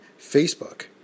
Facebook